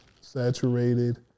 saturated